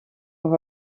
aha